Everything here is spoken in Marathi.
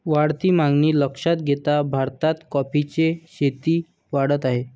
वाढती मागणी लक्षात घेता भारतात कॉफीची शेती वाढत आहे